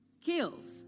kills